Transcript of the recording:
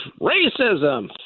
racism